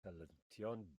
helyntion